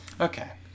Okay